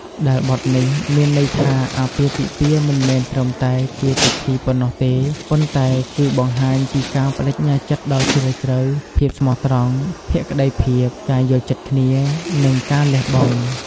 ដែលបទនេះមានន័យថា អាពាហ៍ពិពាហ៍មិនមែនត្រឹមតែជាពិធីប៉ុណ្ណោះទេ ប៉ុន្តែគឺបង្ហាញពីការប្តេជ្ញាចិត្តដ៏ជ្រាលជ្រៅ ភាពស្មោះត្រង់ ភក្តីភាព ការយល់ចិត្តគ្នា និងការលះបង់។